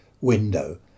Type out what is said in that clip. window